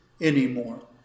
anymore